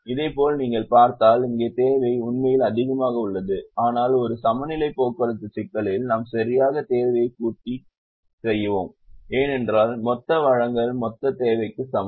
இதேபோல் நீங்கள் பார்த்தால் இங்கே தேவை உண்மையில் அதிகமாக உள்ளது ஆனால் ஒரு சமநிலை போக்குவரத்து சிக்கலில் நாம் சரியாக தேவையை பூர்த்தி செய்வோம் ஏனென்றால் மொத்த வழங்கல் மொத்த தேவைக்கு சமம்